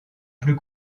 plus